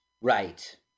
Right